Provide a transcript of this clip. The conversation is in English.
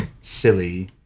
silly